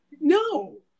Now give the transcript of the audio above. No